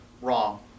wrong